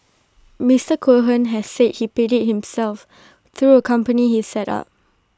Mister Cohen has said he paid IT himself through A company he set up